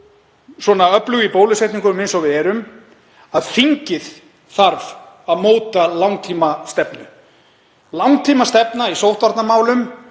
eins öflug í bólusetningunum og við erum, að þingið þurfi að móta langtímastefnu, langtímastefnu í sóttvarnamálum,